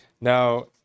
Now